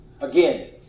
Again